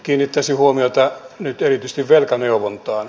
kiinnittäisin huomiota nyt erityisesti velkaneuvontaan